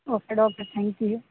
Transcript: okay doctor thank you